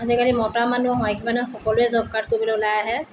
আজিকালি মতা মানুহ মাইকী মানুহে সকলোৱে জব কাৰ্ড কৰিবলৈ ওলাই আহে